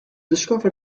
discover